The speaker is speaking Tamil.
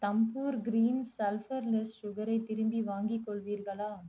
தம்பூர் கிரீன் சல்ஃபர்லெஸ் சுகரை திருப்பி வாங்கிக் கொள்வீர்களா